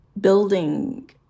building